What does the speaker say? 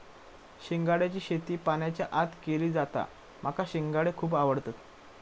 शिंगाड्याची शेती पाण्याच्या आत केली जाता माका शिंगाडे खुप आवडतत